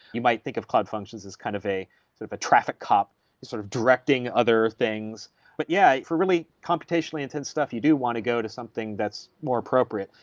you might think of cloud functions as kind of a sort of traffic cop sort of directing other things but yeah, for really computationally intense stuff, you do want to go to something that's more appropriate.